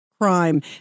Crime